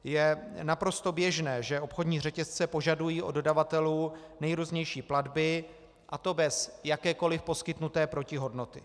Je naprosto běžné, že obchodní řetězce požadují od dodavatelů nejrůznější platby, a to bez jakékoliv poskytnuté protihodnoty.